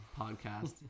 podcast